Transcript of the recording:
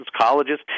colleges